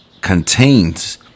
contains